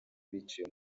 biciwe